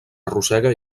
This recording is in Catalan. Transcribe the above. arrossega